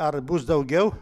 ar bus daugiau